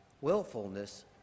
willfulness